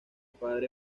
padre